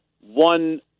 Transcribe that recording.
one